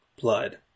blood